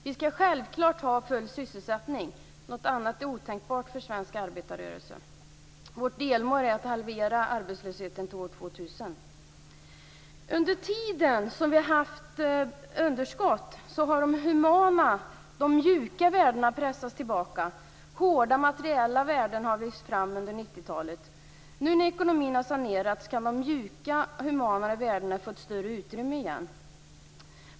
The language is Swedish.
Vi skall självklart ha full sysselsättning. Något annat är otänkbart för svensk arbetarrörelse. Vårt delmål är att halvera arbetslösheten till år 2000. Under tiden som vi har haft underskott har de humana, de mjuka värdena pressats tillbaka, och hårda materiella värden har lyfts fram under 90-talet. Nu när ekonomin har sanerats kan de mjuka, humanare värdena få ett större utrymme igen.